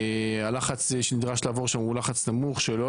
הלחץ שנדרש לעבור שם הוא לחץ נמוך שלא